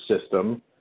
system